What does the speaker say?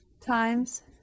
times